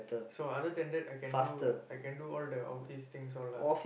so other than that I can do I can do all the office things all lah